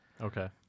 Okay